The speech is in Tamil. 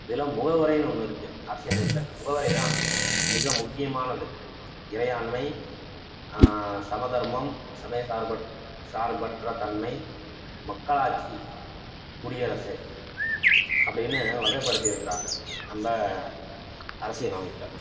இதில் முகவரைன்னு ஒன்று இருக்குது அரசியல் அமைப்பில் அந்த முகவரைதான் மிக முக்கியமானது இறையாண்மை சமதர்மம் சமய சார்ப சார்பற்ற தன்மை மக்களாட்சி குடியரசு அப்படின்னு வகைப்படுத்தியிருக்குறாங்க நம்ம அரசியல் அமைப்பில்